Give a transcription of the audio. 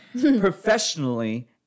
Professionally